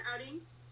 outings